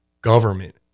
government